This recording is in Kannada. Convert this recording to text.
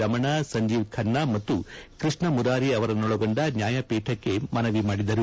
ರಮಣ ಸಂಜೀವ್ ಖನ್ನಾ ಮತ್ತು ಕೃಷ್ಣ ಮುರಾರಿ ಅವರನ್ನೊಳಗೊಂಡ ನ್ಯಾಯಪೀಠಕ್ಕೆ ಮನವಿ ಮಾಡಿದರು